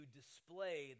display